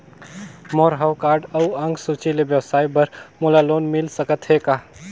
मोर हव कारड अउ अंक सूची ले व्यवसाय बर मोला लोन मिल सकत हे का?